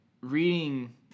reading